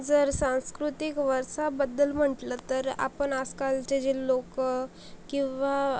जर सांस्कृतिक वारसाबद्दल म्हटलं तर आपण आजकालचे जे लोकं किंवा